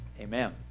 Amen